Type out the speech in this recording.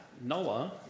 Noah